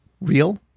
real